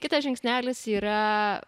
kitas žingsnelis yra